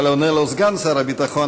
אבל עונה לו סגן שר הביטחון,